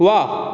व्वा